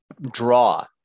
draw